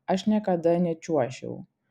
aš niekada nečiuožiau